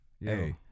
Hey